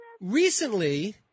recently